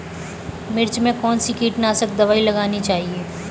मिर्च में कौन सी कीटनाशक दबाई लगानी चाहिए?